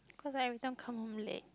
cause I everytime come home late